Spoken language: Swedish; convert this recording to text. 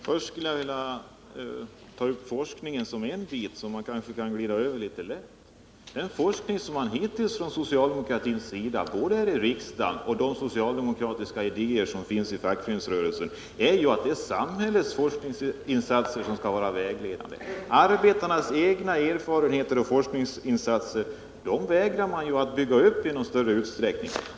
Herr talman! Frågan om forskningen kan jag summera ganska kort. De forskningsinsatser som hittills varit vägledande både för socialdemokraterna här i riksdagen och för fackföreningsrörelsen har varit de som samhället står för. Arbetarnas egna erfarenheter och forskningsinsatser vägrar man att i någon större utsträckning bygga upp.